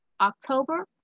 October